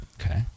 Okay